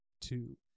two